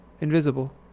invisible